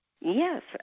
Yes